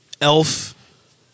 Elf